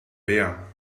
bär